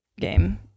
game